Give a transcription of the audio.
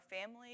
family